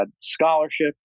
scholarship